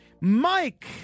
Mike